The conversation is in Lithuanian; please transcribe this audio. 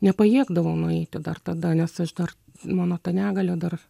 nepajėgdavau nueiti dar tada nes aš dar mano ta negalia dar